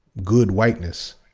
good whiteness.